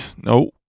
No